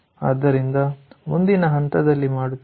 ಆದ್ದರಿಂದ ಮುಂದಿನ ಹಂತದಲ್ಲಿ ಮಾಡುತ್ತೇವೆ